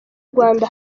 rwanda